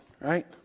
right